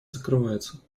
закрывается